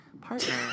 partner